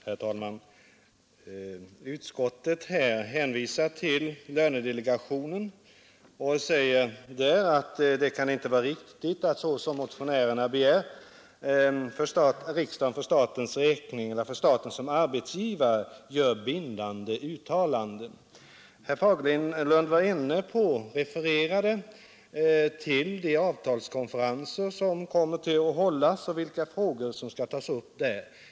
Herr talman! Utskottet hänvisar till lönedelegationen och säger att det inte kan vara riktigt att riksdagen, vilket motionärerna begär, gör för staten såsom arbetsgivare bindande uttalanden. Herr Fagerlund refererade till de avtalskonferenser som kommer att hållas och de frågor som där kommer att tas upp.